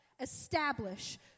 establish